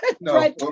no